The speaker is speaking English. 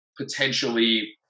potentially